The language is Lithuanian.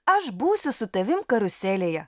aš būsiu su tavim karuselėje